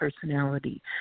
personality